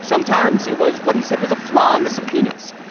sometimes it was what he said was a flaw in the subpoenas.